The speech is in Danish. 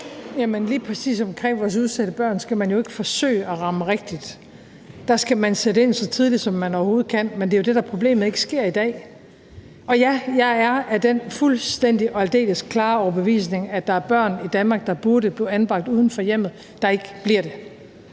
lige præcis omkring vores udsatte børn skal man jo ikke forsøge at ramme rigtigt; der skal man sætte ind så tidligt, som man overhovedet kan. Men det er jo det, der er problemet – at det ikke sker i dag. Og ja, jeg er af den fuldstændig og aldeles klare overbevisning, at der er børn i Danmark, der burde blive anbragt uden for hjemmet, men som ikke bliver det.